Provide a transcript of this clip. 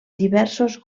diversos